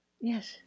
Yes